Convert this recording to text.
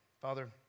Father